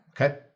Okay